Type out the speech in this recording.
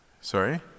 Sorry